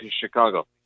Chicago